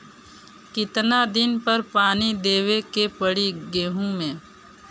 कितना दिन पर पानी देवे के पड़ी गहु में?